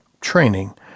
training